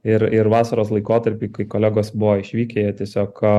ir ir vasaros laikotarpį kai kolegos buvo išvykę jie tiesiog